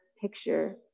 picture